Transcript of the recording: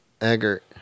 Eggert